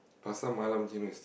Pasar Malam chendol is